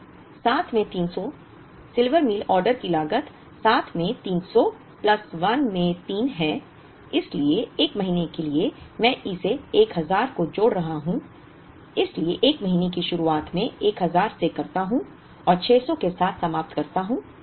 तो 7 में 300 तो सिल्वर मील ऑर्डर की लागत 7 में 300 प्लस 1 में 3 है इसलिए 1 महीने के लिए मैं इस 1000 को जोड़ रहा हूं इसलिए 1 महीने की शुरुआत मैं 1000 से करता हूं और 600 के साथ समाप्त होता हूं